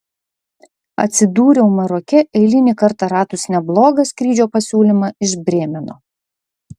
atsidūriau maroke eilinį kartą radus neblogą skrydžio pasiūlymą iš brėmeno